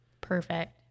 Perfect